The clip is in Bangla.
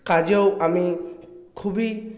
কাজেও আমি খুবই